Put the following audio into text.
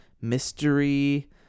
mystery